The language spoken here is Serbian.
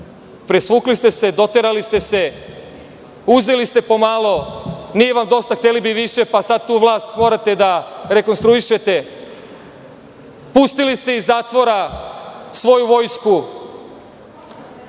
Presvukli ste, doterali ste se, uzeli ste po malo, nije vam dosta, hteli biste više, pa sad tu vlast morate da rekonstruišete. Pustili ste iz zatvora svoju vojsku.